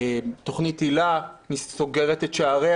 תוכנית הילה סוגרת את שעריה.